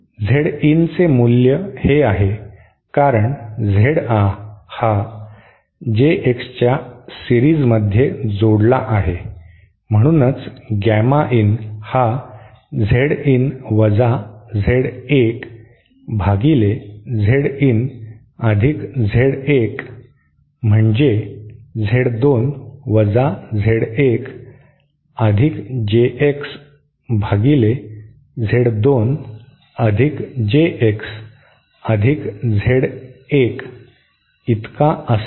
Z n चे मूल्य हे आहे कारण Z हा जेएक्सच्या सिरीजमध्ये जोडला आहे म्हणूनच गॅमा इन हा Z इन वजा Z 1 भागिले Z इन अधिक Z 1 म्हणजे Z 2 वजा Z 1 अधिक जेएक्स भागिले Z 2 अधिक जेएक्स अधिक Z 1 इतका असेल